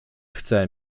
chcę